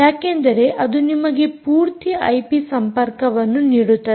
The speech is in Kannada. ಯಾಕೆಂದರೆ ಅದು ನಿಮಗೆ ಪೂರ್ತಿ ಐಪಿ ಸಂಪರ್ಕವನ್ನು ನೀಡುತ್ತದೆ